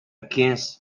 against